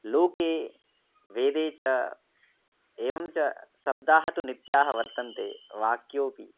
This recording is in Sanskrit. लोके वेदे च एवं च शब्दाः तु नित्याः वर्तन्ते वाक्योपि